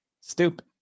Stupid